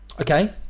okay